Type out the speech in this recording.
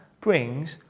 brings